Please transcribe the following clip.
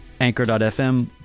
anchor.fm